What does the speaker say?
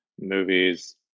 movies